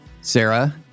Sarah